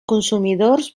consumidors